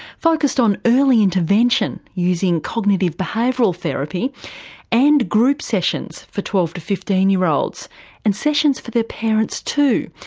focussed on early intervention using cognitive behavioural therapy and group sessions for twelve to fifteen year olds and sessions for their parents too,